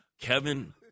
Kevin